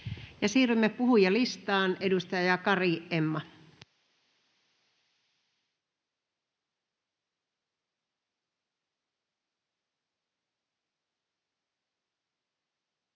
Siirrymme puhujalistaan. — Edustaja Kari, Emma.